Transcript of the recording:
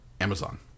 Amazon